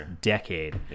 decade